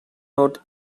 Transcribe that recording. note